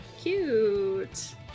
Cute